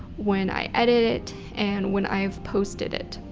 when i edit it, and when i have posted it.